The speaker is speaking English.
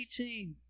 18